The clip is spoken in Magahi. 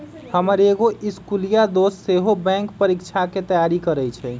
हमर एगो इस्कुलिया दोस सेहो बैंकेँ परीकछाके तैयारी करइ छइ